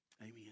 Amen